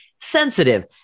Sensitive